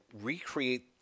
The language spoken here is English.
recreate